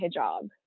hijab